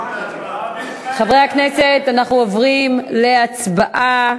חברי הכנסת, אנחנו עוברים להצבעה